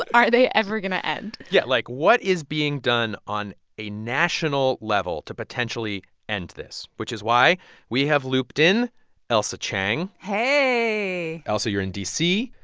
are they ever going to end? yeah. like, what is being done on a national level to potentially end this? which is why we have looped in ailsa chang hey ailsa, you're in d c.